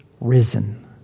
risen